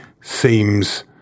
seems